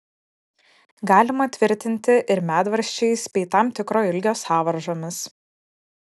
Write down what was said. galima tvirtinti ir medvaržčiais bei tam tikro ilgio sąvaržomis